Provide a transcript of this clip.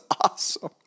awesome